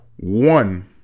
One